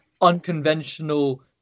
unconventional